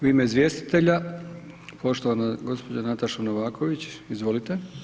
U ime izvjestitelja poštovana gđa. Nataša Novaković, izvolite.